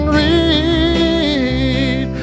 read